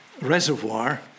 Reservoir